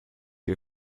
you